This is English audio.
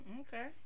Okay